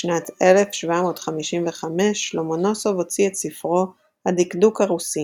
בשנת 1755 לומונוסוב הוציא את ספרו "הדקדוק הרוסי"